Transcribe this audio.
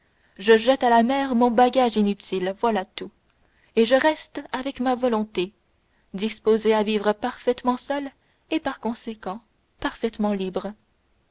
je jette à la mer mon bagage inutile voilà tout et je reste avec ma volonté disposée à vivre parfaitement seule et par conséquent parfaitement libre